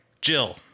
Jill